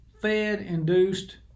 Fed-induced